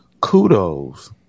kudos